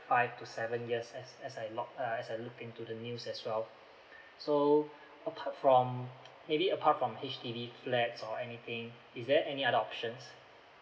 five to seven years as as I lok uh as I look into the news as well so apart from maybe apart from H_D_B flats or anything is there any other options